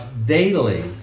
daily